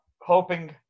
Hoping